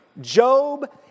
Job